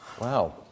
Wow